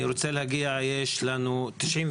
יש לנו 92%,